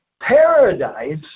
paradise